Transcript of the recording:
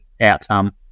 outcome